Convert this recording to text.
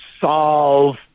solve